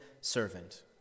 servant